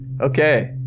Okay